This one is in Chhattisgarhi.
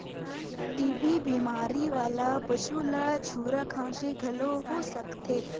टी.बी बेमारी वाला पसू ल झूरा खांसी घलो हो सकथे